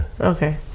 Okay